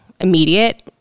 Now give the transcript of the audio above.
immediate